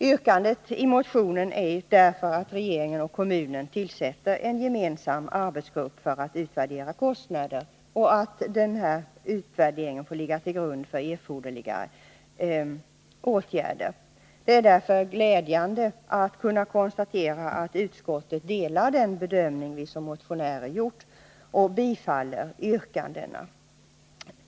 Yrkandet i motionen är därför att regeringen och kommunen skall tillsätta en gemensam arbetsgrupp för att utvärdera kostnaderna och att denna utvärdering får ligga till grund för erforderliga åtgärder. Det är därför glädjande att kunna konstatera att utskottet delar den bedömning som vi motionärer gjort och tillstyrker yrkandena.